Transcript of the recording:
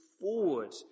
forward